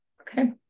okay